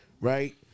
right